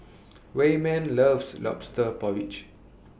Wayman loves Lobster Porridge